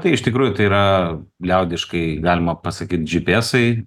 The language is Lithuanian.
tai iš tikrųjų tai yra liaudiškai galima pasakyt dži pi esai